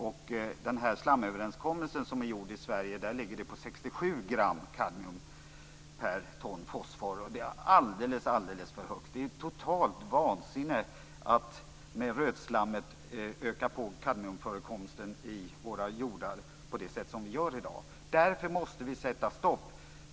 I den slamöverenskommelse som träffats i Sverige är det fråga om 67 gram kadmium per ton fosfor, och det är alldeles för högt. Det är totalt vansinnigt att med rötslammet öka på kadmiumförekomsten i våra jordar på det sätt som vi gör i dag. Därför måste vi sätta stopp för detta.